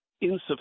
insufficient